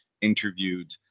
interviewed